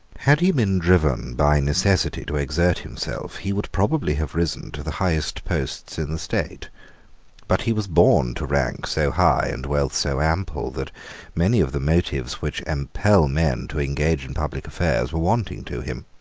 had he been driven by necessity to exert himself, he would probably have risen to the highest posts in the state but he was born to rank so high and wealth so ample that many of the motives which impel men to engage in public affairs were wanting to him.